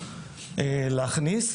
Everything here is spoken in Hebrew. להכניס,